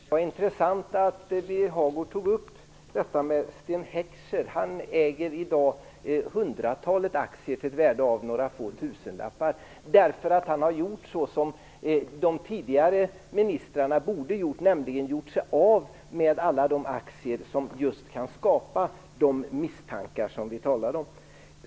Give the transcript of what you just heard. Fru talman! Det var intressant att Birger Hagård tog upp detta med Sten Heckscher. Han äger i dag hundratalet aktier till ett värde av några få tusenlappar därför att han har gjort så som de tidigare ministrarna borde gjort, nämligen gjort sig av med alla de aktier som kan skapa de misstankar som vi talade om.